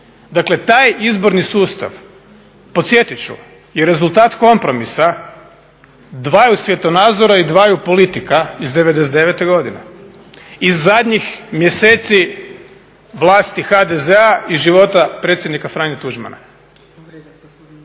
dakle taj izborni sustav, podsjetit ću, je rezultat kompromisa dvaju svjetonazora i dvaju politika iz '99. godine. Iz zadnjih mjeseci vlasti HDZ-a i života predsjednika Franje Tuđmana.